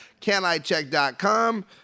canicheck.com